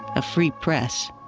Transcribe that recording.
a free press,